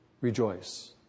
rejoice